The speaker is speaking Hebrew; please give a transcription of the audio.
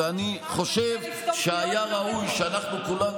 אני חושב שהיה ראוי שאנחנו כולנו,